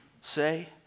say